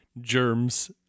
germs